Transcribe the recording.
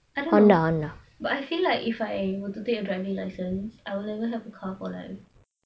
I don't know but I feel like if I were to take a driving license I will never have a car for life